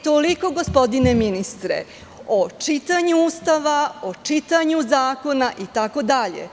Toliko, gospodine ministre o čitanju Ustava, o čitanju zakona itd.